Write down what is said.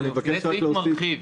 זה סעיף מרחיב.